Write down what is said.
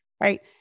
right